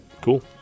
cool